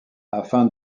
afin